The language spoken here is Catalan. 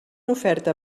oferta